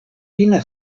fina